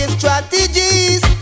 strategies